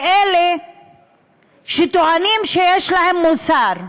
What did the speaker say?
אלא הם לאלה שטוענים שיש להם מוסר,